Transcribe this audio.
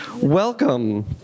Welcome